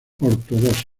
ortodoxo